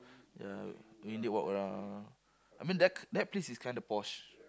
ya we did walk around I mean that that place is kind of posh